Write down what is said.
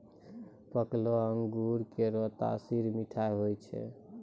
पकलो अंगूर केरो तासीर मीठा होय छै